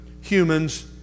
humans